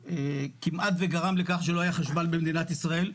שכמעט וגרם לכך שלא היה חשמל במדינת ישראל.